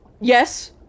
Yes